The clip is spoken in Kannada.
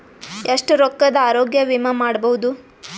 ಎಷ್ಟ ರೊಕ್ಕದ ಆರೋಗ್ಯ ವಿಮಾ ಮಾಡಬಹುದು?